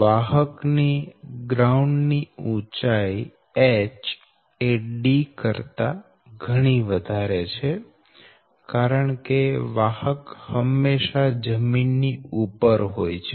વાહક ની ગ્રાઉન્ડ થી ઉંચાઈ h એ D કરતા ઘણી વધારે છે કારણકે વાહક હંમેશા જમીન ની ઉપર હોય છે